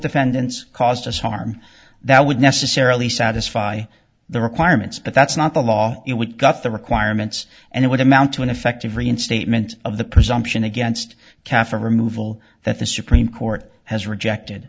defendants caused us harm that would necessarily satisfy the requirements but that's not the law you know we got the requirements and it would amount to an effective reinstatement of the presumption against kaffir removal that the supreme court has rejected